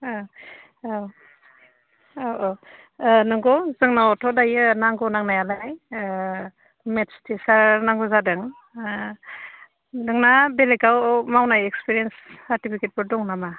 औ औ नंगौ जोंनावथ' दायो नांगौ नांनायालाय मेट्स टिचार नांगौ जादों नोंना बेलेगाव मावनाय एक्सपिरियेन्स सार्टिफिकेटफोर दङ नामा